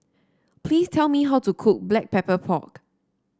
please tell me how to cook Black Pepper Pork